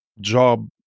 job